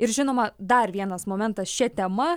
ir žinoma dar vienas momentas šia tema